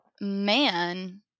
man